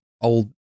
old